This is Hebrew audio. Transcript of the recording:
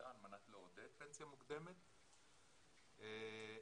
כדוגמתה על מנת לעודד פנסיה מוקדמת ובכך